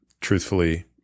truthfully